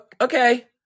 Okay